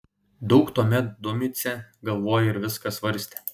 daug tuomet domicė galvojo ir viską svarstė